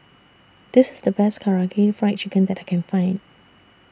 This IS The Best Karaage Fried Chicken that I Can Find